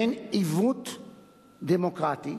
מעין עיוות דמוקרטי,